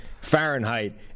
Fahrenheit